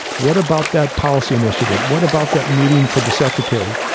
what about that policy initiative? what about that meeting for the secretary?